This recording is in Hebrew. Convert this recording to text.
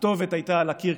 הכתובת הייתה על הקיר,